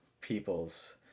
peoples